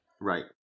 right